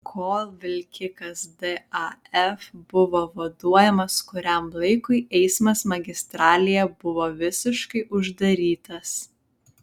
kol vilkikas daf buvo vaduojamas kuriam laikui eismas magistralėje buvo visiškai uždarytas